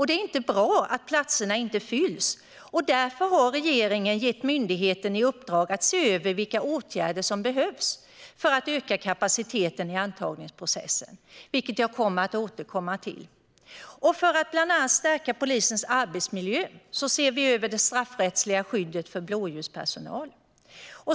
Det är inte bra att platserna inte fylls, och därför har regeringen gett myndigheten i uppdrag att se över vilka åtgärder som behövs för att öka kapaciteten i antagningsprocessen, vilket jag kommer att återkomma till. För att bland annat stärka polisens arbetsmiljö ser vi över det straffrättsliga skyddet för blåljuspersonal.